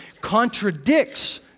contradicts